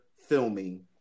Filming